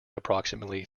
approximately